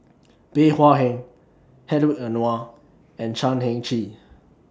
Bey Hua Heng Hedwig Anuar and Chan Heng Chee